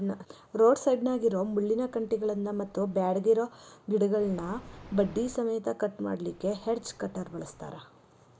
road ಸೈಡ್ನ್ಯಾಗಿರೋ ಮುಳ್ಳಿನ ಕಂಟಿಗಳನ್ನ ಮತ್ತ್ ಬ್ಯಾಡಗಿರೋ ಗಿಡಗಳನ್ನ ಬಡ್ಡಿ ಸಮೇತ ಕಟ್ ಮಾಡ್ಲಿಕ್ಕೆ ಹೆಡ್ಜ್ ಕಟರ್ ಬಳಸ್ತಾರ